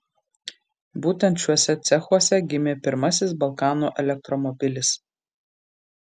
būtent šiuose cechuose gimė pirmasis balkanų elektromobilis